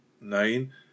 nine